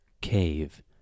Cave